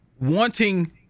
wanting